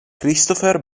christopher